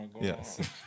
Yes